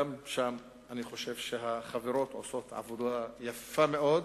גם שם אני חושב שהחברות עושות עבודה יפה מאוד,